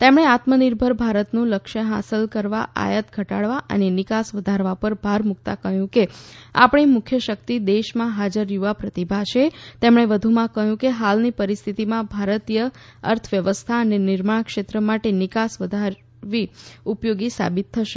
તેમણે આત્મનિર્ભર ભારતનું લક્ષ્ય હાંસલ કરવા આયાત ઘટાડવા અને નિકાસ વધારવા પર ભાર મૂકતાં કહ્યું કે આપણી મુખ્ય શક્તિ દેશમાં હાજર યુવા પ્રતિભા છે તેમણે વધુમાં કહ્યું કે હાલની પરિસ્થિતિમાં ભારતીય અર્થવ્યવસ્થા અને નિર્માણ ક્ષેત્ર માટે નિકાસ વધારવી ઉપયોગી સાબિત થશે